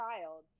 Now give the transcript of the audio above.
child